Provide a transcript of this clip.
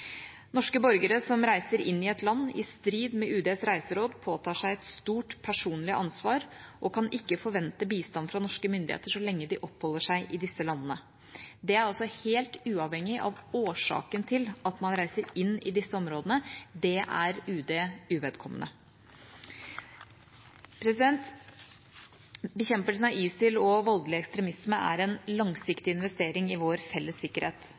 Norske borgere som reiser inn i et land i strid med UDs reiseråd, påtar seg et stort personlig ansvar, og kan ikke forvente bistand fra norske myndigheter så lenge de oppholder seg i disse landene. Det er altså helt uavhengig av årsaken til at man reiser inn i disse områdene – den er UD uvedkommende. Bekjempelsen av ISIL og voldelig ekstremisme er en langsiktig investering i vår felles sikkerhet.